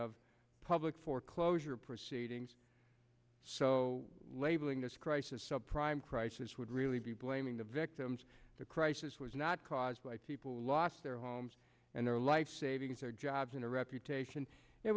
of public foreclosure proceedings so labeling this crisis subprime crisis would really be blaming the victims the crisis was not caused by people who lost their homes and their life savings or jobs in a reputation it